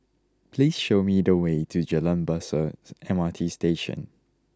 please show me the way to Jalan Besar M R T Station